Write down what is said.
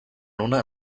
una